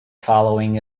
following